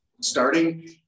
starting